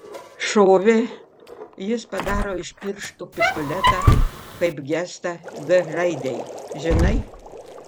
šovė jis padaro iš pirštų pistoletą kaip gestą g raidei žinai